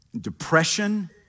depression